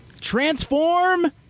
Transform